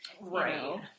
Right